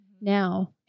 now